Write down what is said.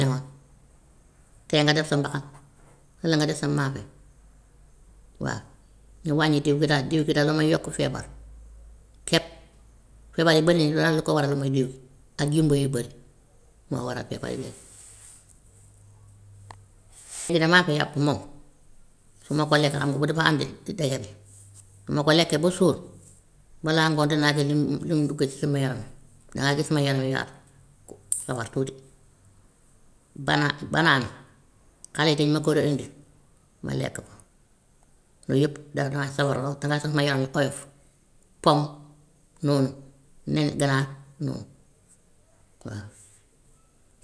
tey nga def sa mbaxal, walla nga def sa maafe waa ñu wàññi diw bi daal diw bi daal damay yokk feebar kepp. Feebar yu bari daal li ko waral mooy diw ak jumbo yu bari, moo waral feebar yëpp. Lii de maafe yàpp moom su ma ko lekk xam nga boobu dafa andi dege bi, su ma ko lekkee ba suur balaa ngoon dinaa gis lu lu ma bugg si suma yaram bi, dana gis suma yaram bi ya ku sawar tuuti. Bana banaana xale yi dañ ma ko war a indil ma lekk ko, yooyu yëpp daf ma sawarloo, danaa tax sama yaram bi oyof, pom noonu, nenu ganaar noonu waa.